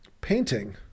painting